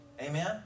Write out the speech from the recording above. Amen